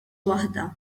waħda